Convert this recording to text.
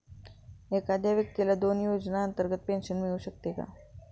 एखाद्या व्यक्तीला दोन योजनांतर्गत पेन्शन मिळू शकते का?